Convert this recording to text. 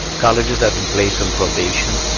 colleges have been placed on probation,